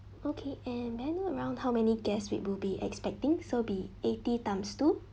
okay and may I know around how many guests we would be expecting so be eighty times two